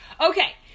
Okay